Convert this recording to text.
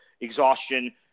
exhaustion